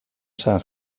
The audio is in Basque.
zen